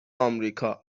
آمریکا